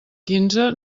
quinze